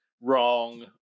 wrong